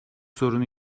sorunu